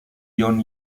ion